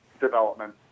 development